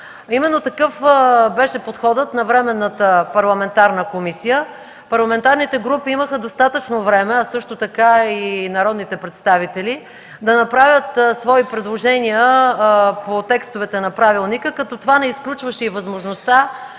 Именно такъв беше подходът на временната парламентарна комисия. Парламентарните групи имаха достатъчно време, а също така и народните представители, да направят свои предложения по текстовете на правилника, като това не изключваше и възможността